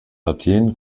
athen